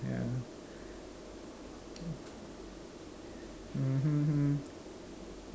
mmhmm